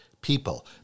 people